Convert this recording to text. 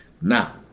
now